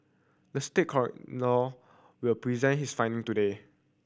the state coroner will present his finding today